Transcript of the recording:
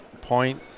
point